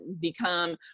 become